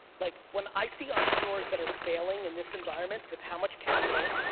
like when i see entrepreneurs that are failing in this environment with how much capital,